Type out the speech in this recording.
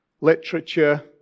literature